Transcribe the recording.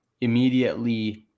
immediately –